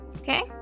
Okay